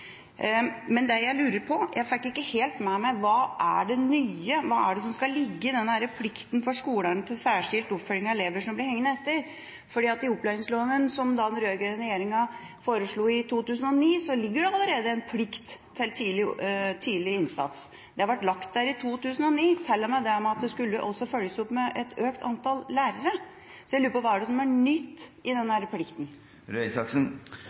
Men det jeg lurer på, – jeg fikk ikke det helt med meg – er: Hva er det nye, hva er det som skal ligge i denne plikten for skolene til særskilt oppfølging av elever som blir hengende etter? I opplæringsloven som den rød-grønne regjeringa foreslo i 2009, ligger det allerede en plikt til tidlig innsats. Det ble lagt der i 2009, og til og med det at det skulle følges opp med et økt antall lærere. Så jeg lurer på hva det er som er nytt i